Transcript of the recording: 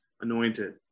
anointed